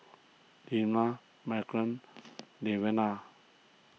Lilah Maren Lavada